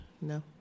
no